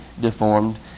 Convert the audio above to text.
deformed